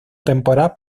temporadas